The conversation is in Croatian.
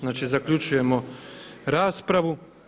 Znači zaključujemo raspravu.